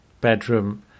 bedroom